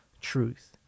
truth